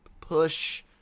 push